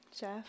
Jeff